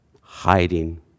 hiding